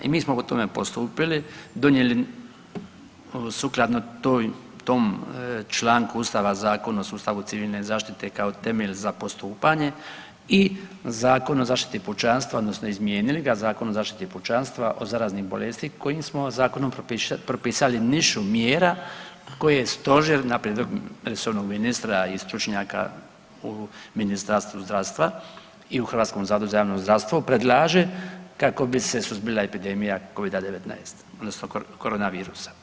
I mi smo po tome postupili, donijeli sukladno tom članku Ustava Zakon o sustavu civilne zaštite kao temelj za postupanje i Zakon o zaštiti pučanstva, odnosno izmijenili ga, Zakon o zaštiti pučanstva od zaraznih bolesti kojim smo zakonom propisali niz mjera koje Stožer na prijedlog resornog ministra i stručnjaka u Ministarstvu zdravstva i u Hrvatskom zavodu za javno zdravstvo predlaže kako bi se suzbila epidemija covida 19, odnosno corona virusa.